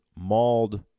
mauled